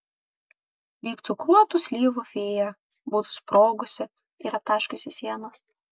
lyg cukruotų slyvų fėja būtų sprogusi ir aptaškiusi sienas